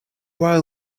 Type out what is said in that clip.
while